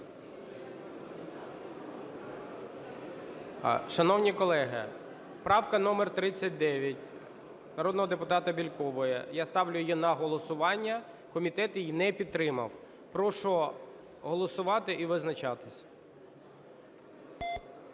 Шановні колеги, правка номер 39 народного депутата Бєлькової, я ставлю її на голосування. Комітет її не підтримав. Прошу голосувати і визначатись.